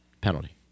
penalty